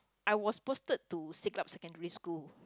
I was posted to siglap secondary school